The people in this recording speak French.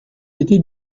été